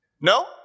No